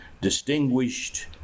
distinguished